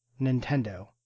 Nintendo